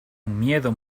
miedo